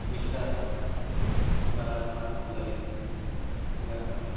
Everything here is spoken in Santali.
ᱢᱤᱫᱴᱟᱝ ᱟᱹᱰᱤ ᱢᱟᱨᱟᱝ ᱢᱟᱛᱠᱚᱢ ᱫᱟᱨᱮ ᱢᱮᱱᱟᱜᱼᱟ